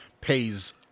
pays